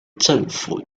政府